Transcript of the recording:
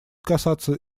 касаться